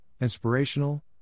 inspirational